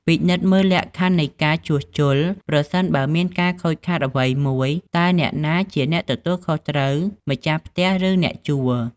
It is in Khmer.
ពិនិត្យមើលលក្ខខណ្ឌនៃការជួសជុល ប្រសិនបើមានការខូចខាតអ្វីមួយ តើអ្នកណាជាអ្នកទទួលខុសត្រូវ ម្ចាស់ផ្ទះ ឬអ្នកជួល។